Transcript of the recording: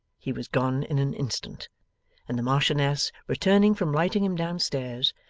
he was gone in an instant and the marchioness, returning from lighting him down-stairs,